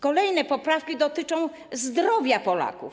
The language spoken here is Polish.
Kolejne poprawki dotyczą zdrowia Polaków.